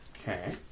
Okay